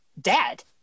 dad